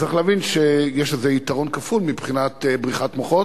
צריך להבין שיש לזה יתרון כפול מבחינת בריחת מוחות: